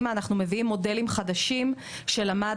אנחנו מביאים מודלים חדשים שלמדנו,